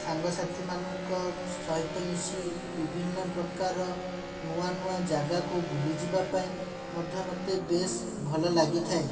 ସାଙ୍ଗସାଥି ମାନଙ୍କ ସହିତ ମିଶି ବିଭିନ୍ନ ପ୍ରକାର ନୂଆ ନୂଆ ଜାଗାକୁ ବୁଲିଯିବା ପାଇଁ ମଧ୍ୟ ମୋତେ ବେଶ୍ ଭଲଲାଗି ଥାଏ